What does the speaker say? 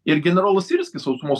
ir generolas svirskis sausumos